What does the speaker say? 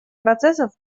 процессов